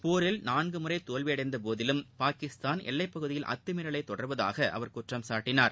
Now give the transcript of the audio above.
போரில் நான்கு முறை தோல்வியடந்தபோதிலும் பாகிஸ்தான் எல்லைப்பகுதியில் அத்தமீறலை தொடர்வதாக அவர் குற்றம் சாட்டிணார்